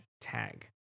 tag